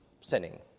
sinning